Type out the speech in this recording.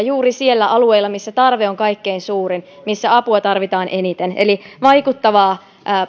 juuri niillä alueilla missä tarve on kaikkein suurin missä apua tarvitaan eniten eli vaikuttavaa